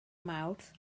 mawrth